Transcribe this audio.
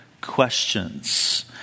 Questions